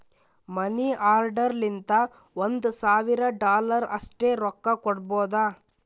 ಮನಿ order ಲಿಂತ ಒಂದ್ ಸಾವಿರ ಡಾಲರ್ ಅಷ್ಟೇ ರೊಕ್ಕಾ ಕೊಡ್ಬೋದ